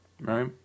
Right